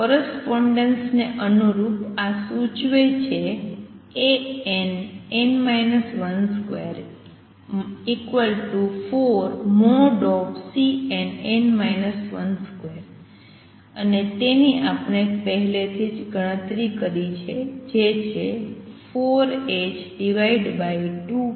correspondence ને અનુરૂપ આ સૂચવે છે Ann 124|Cnn 1 |2 અને જેની આપણે પહેલાથી ગણતરી કરી છે જે છે 4ℏ2m0